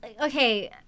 Okay